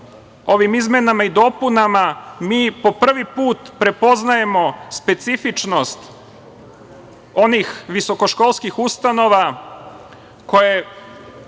ovim izmenama i dopunama mi po prvi put prepoznajemo specifičnost onih visokoškolskih ustanova koje